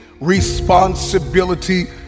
responsibility